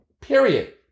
Period